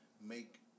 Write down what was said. make